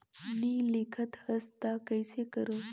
नी लिखत हस ता कइसे करू?